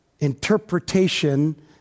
interpretation